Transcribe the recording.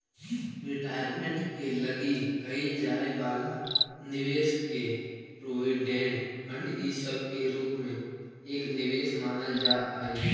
retirement के लगी कईल जाए वाला निवेश के प्रोविडेंट फंड इ सब के रूप में एक निवेश मानल जा हई